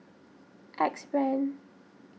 Axe Brand